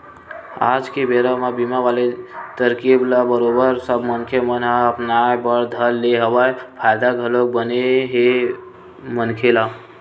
आज के बेरा म बीमा वाले तरकीब ल बरोबर सब मनखे मन ह अपनाय बर धर ले हवय फायदा घलोक बने हे मनखे ल